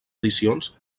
edicions